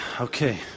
Okay